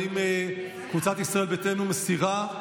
האם קבוצת ישראל ביתנו מסירה?